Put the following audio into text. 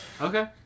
Okay